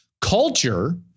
Culture